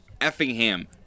Effingham